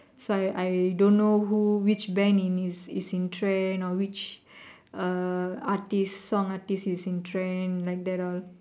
so I I don't know who which band is in trend or which uh artist song artist is in trend like that all